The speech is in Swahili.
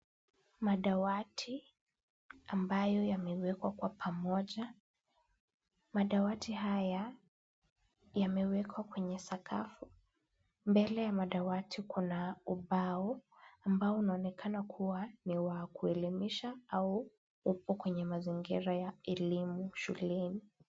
Madawati ambayo yamewekwa kwa pamoja. Madawati haya yamewekwa kwenye sakafu. Mbele ya madawati kuna ubao ambao unaonekana kuwa ni wa kuelimisha au upo kwenye mazingira ya elimu shuleni.